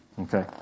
Okay